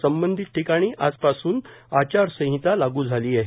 संबंधित ठिकाणी आजपासून आचारसंहिता लागू झाली आहे